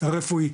רפואי,